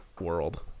world